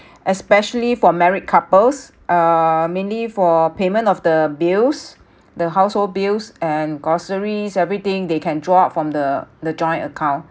especially for married couples uh mainly for payment of the bills the household bills and groceries everything they can draw from the the joint account